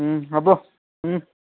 হ'ব